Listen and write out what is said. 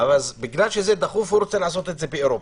בגלל שזה דחוף, הוא רוצה לעשות את זה באירופה.